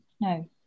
No